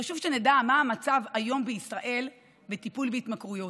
חשוב שנדע מה המצב היום בישראל בטיפול בהתמכרויות,